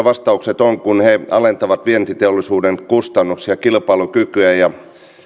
vastaukset kun he alentavat vientiteollisuuden kustannuksia ja parantavat kilpailukykyä